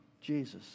Jesus